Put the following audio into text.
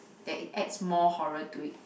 that it adds more horror to it